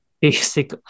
basic